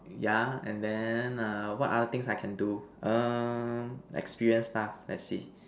yeah and then err what other things I can do err experience stuff let's see